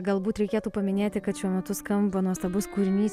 galbūt reikėtų paminėti kad šiuo metu skamba nuostabus kūrinys